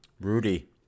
Rudy